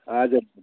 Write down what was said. हजुर